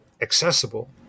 accessible